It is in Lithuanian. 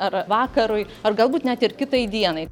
ar vakarui ar galbūt net ir kitai dienai